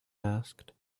asked